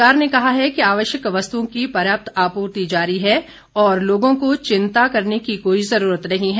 सरकार ने कहा है कि आवश्यक वस्तुओं की पर्याप्त आपूर्ति जारी है और लोगों को चिंता करने की कोई जरूरत नहीं है